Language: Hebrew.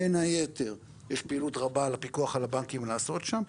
בין היתר יש פעילות רבה על הפיקוח על הבנקים לעשות שם,